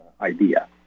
idea